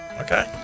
Okay